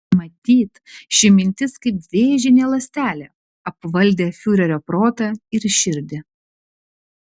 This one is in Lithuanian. matyt ši mintis kaip vėžinė ląstelė apvaldė fiurerio protą ir širdį